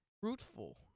fruitful